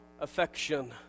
affection